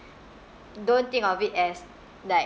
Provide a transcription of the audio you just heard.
don't think of it as like